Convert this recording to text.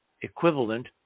equivalent